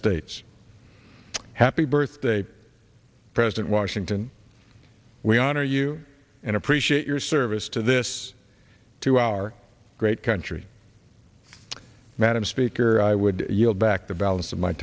states happy birthday president washington we honor you and appreciate your service to this to our great country madam speaker i would yield back the balance of my